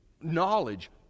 knowledge